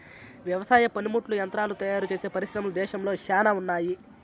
వ్యవసాయ పనిముట్లు యంత్రాలు తయారుచేసే పరిశ్రమలు దేశంలో శ్యానా ఉన్నాయి